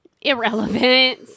Irrelevant